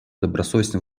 добросовестно